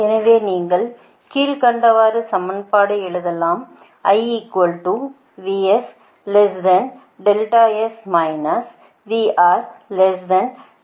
எனவே நீங்கள் கீழ்க்கண்டவாறு சமன்பாடு எழுதலாம்